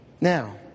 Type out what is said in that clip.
Now